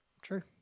True